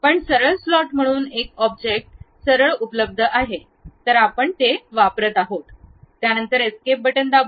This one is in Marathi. पण सरळ स्लॉट म्हणून एक ऑब्जेक्ट सरळ उपलब्ध आहे तर आपण ते वापरत आहोत त्यानंतर एस्केप दाबा